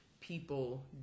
people